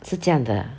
是这样的